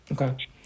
Okay